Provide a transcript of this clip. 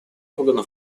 органа